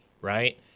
right